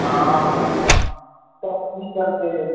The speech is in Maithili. हँ तऽ की करबै